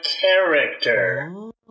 character